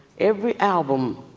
every album,